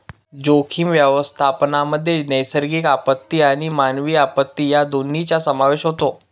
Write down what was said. जोखीम व्यवस्थापनामध्ये नैसर्गिक आपत्ती आणि मानवी आपत्ती या दोन्हींचा समावेश होतो